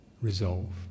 Resolve